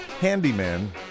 Handyman